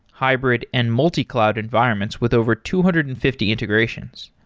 hybrid and multi-cloud environments with over two hundred and fifty integrations.